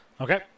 Okay